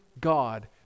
God